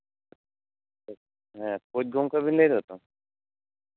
ᱠᱳᱪ ᱜᱚᱢᱠᱮ ᱵᱮᱱ ᱞᱟᱹᱭ ᱫᱟᱛᱚ